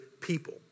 people